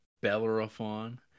Bellerophon